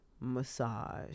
massage